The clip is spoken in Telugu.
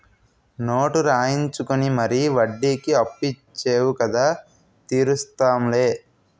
నోటు రాయించుకుని మరీ వడ్డీకి అప్పు ఇచ్చేవు కదా తీరుస్తాం లే